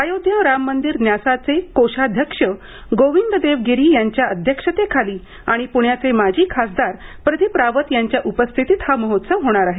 अयोध्या राममंदिर न्यासाचे कोशाध्यक्ष गोविंददेव गिरी यांच्या अध्यक्षतेखाली आणि प्ण्याचे माजी खासदार प्रदीप रावत यांच्या उपस्थितीत हा महोत्सव होणार आहे